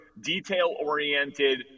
detail-oriented